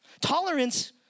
Tolerance